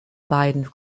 beiden